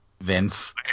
Vince